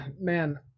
man